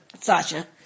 Sasha